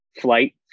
flight